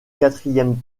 quatrième